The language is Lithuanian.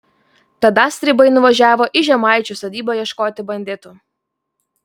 tada stribai nuvažiavo į žemaičių sodybą ieškoti banditų